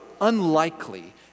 unlikely